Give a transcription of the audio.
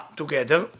together